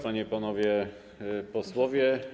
Panie i Panowie Posłowie!